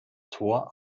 tor